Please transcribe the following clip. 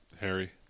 Harry